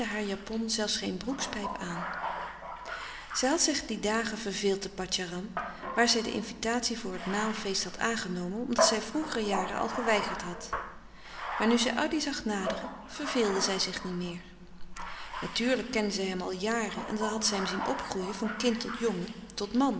japon zelfs geen broekspijp aan zij had zich die dagen verveeld te patjaram waar zij de invitatie voor het maal feest had aangenomen omdat zij vroegere jaren al geweigerd had maar nu zij addy zag naderen verveelde zij zich niet meer natuurlijk kende zij hem al jaren lang en had zij hem zien opgroeien van kind tot jongen tot